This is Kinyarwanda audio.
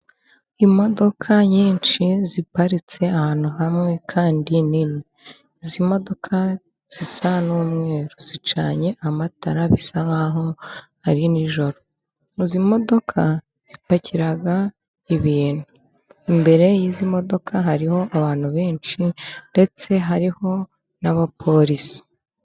Imodoka nyinshi ziparitse ahantu hamwe kandi nini, izi modoka zisa n'umweru zicanye amatara bisa nkaho ari nijoro izi modoka zipakira ibintu, imbere y'izi modoka hariho abantu benshi ndetse hariho n'abapolisi.